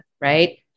right